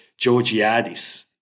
Georgiadis